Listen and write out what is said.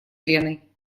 леной